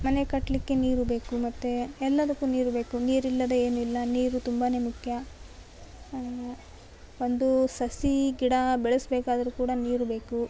ಮನೆ ಕಟ್ಟಲಿಕ್ಕೆ ನೀರು ಬೇಕು ಮತ್ತೆ ಎಲ್ಲದಕ್ಕು ನೀರು ಬೇಕು ನೀರಿಲ್ಲದೆ ಏನಿಲ್ಲ ನೀರು ತುಂಬಾ ಮುಖ್ಯ ಒಂದು ಸಸಿ ಗಿಡ ಬೆಳೆಸಬೇಕಾದ್ರೆ ಕೂಡ ನೀರು ಬೇಕು